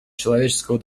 человеческого